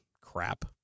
crap